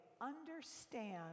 Understand